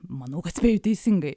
manau kad spėju teisingai